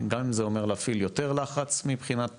גם אם זה אומר להפעיל יותר לחץ, מבחינת